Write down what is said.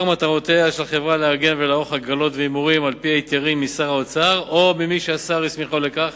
חבר הכנסת מנחם אליעזר מוזס שאל את שר האוצר ביום כ"ט